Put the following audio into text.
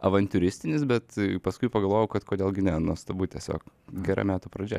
avantiūristinis bet paskui pagalvojau kad kodėl gi ne nuostabu tiesiog gera metų pradžia